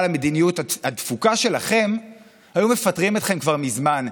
המדיניות הדפוקה שלכם היו מפטרים אתכם כבר מזמן.